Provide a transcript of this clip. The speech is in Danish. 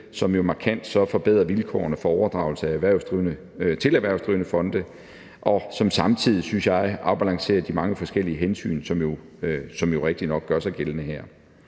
som jo markant forbedrer vilkårene for overdragelse til erhvervsdrivende fonde, og som samtidig, synes jeg, afbalancerer de mange forskellige hensyn, som jo rigtigt nok gør sig gældende her.